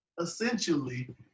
essentially